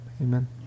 Amen